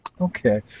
Okay